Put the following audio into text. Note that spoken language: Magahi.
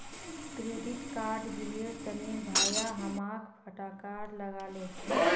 क्रेडिट कार्ड बिलेर तने भाया हमाक फटकार लगा ले